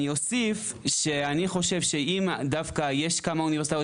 אני אוסיף שאני חושב שאם דווקא יש כמה אוניברסיטאות